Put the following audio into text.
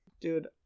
Dude